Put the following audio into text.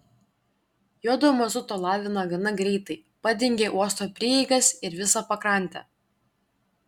juodo mazuto lavina gana greitai padengė uosto prieigas ir visą pakrantę